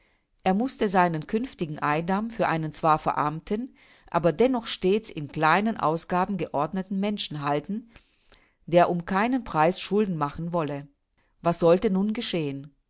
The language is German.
er mußte seinen künftigen eidam für einen zwar verarmten aber dennoch stets in kleinen ausgaben geordneten menschen halten der um keinen preis schulden machen wolle was sollte nun geschehen